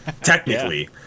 technically